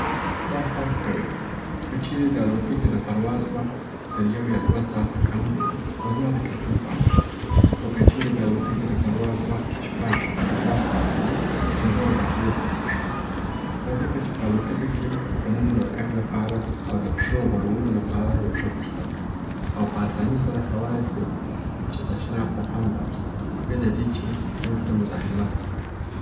دا فرق کوي که چیري د الوتکي د پرواز وخت تر یو یا دوه ساعته کم وي، نو زما د کیلکین خوا خوښیږي، خو که چیري د الوتکي د پرواز وخت شپږ یا لس ساعته وي نو زه د دهلیز سیټ خوښوم. دا ځکه چې په الوتکه کي دننه د تګ لپاره او د پښو غوړولو لپاره یو ښه فرصت دی او په اساني سره کولای سي چې تشناب ته هم ولاړ سي بیله دې چې نورو ته مزاحمت وکړئ.